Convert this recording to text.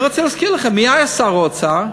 אני רוצה להזכיר לכם, מי היה שר האוצר?